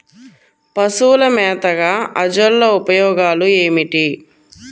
పశువుల మేతగా అజొల్ల ఉపయోగాలు ఏమిటి?